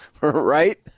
Right